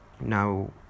Now